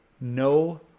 No